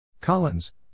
Collins